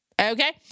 Okay